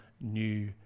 new